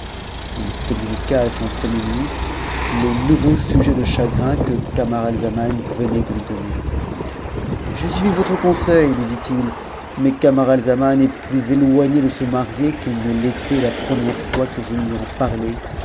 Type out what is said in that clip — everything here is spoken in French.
it comunuiqua à son premier ministre le nouveau sujet de chagrin que camaraizaman venait de lui donner j'ai suivi votre conseil lui dit i mais camaralzaman est plus éloigne de se marier qu'it ne l'était la première fois que je lui en parlai